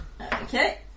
Okay